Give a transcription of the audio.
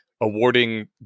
awarding